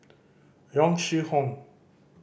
Yong Shu Hoong